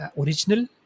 original